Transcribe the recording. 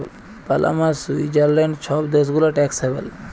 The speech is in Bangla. পালামা, সুইৎজারল্যাল্ড ছব দ্যাশ গুলা ট্যাক্স হ্যাভেল